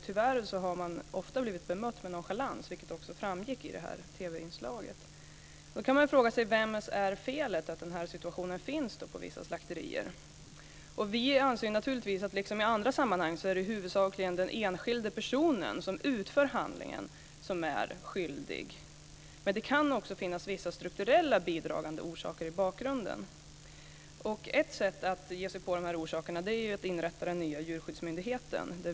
Tyvärr har de ofta blivit bemötta med nonchalans, vilket också framgick i TV-inslaget. Man kan då fråga sig vems felet är att den här situationen finns på vissa slakterier. Vi anser naturligtvis att det liksom i andra sammanhang huvudsakligen är den enskilde personen som utför handlingen som är skyldig. Men det kan också finnas vissa strukturella bidragande orsaker i bakgrunden. Ett sätt att ge sig på dessa orsaker är att inrätta den nya djurskyddsmyndigheten.